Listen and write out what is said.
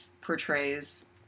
portrays